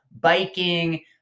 biking